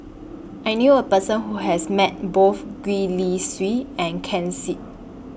I knew A Person Who has Met Both Gwee Li Sui and Ken Seet